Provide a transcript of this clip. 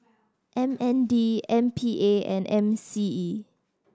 M N D M P A and M C E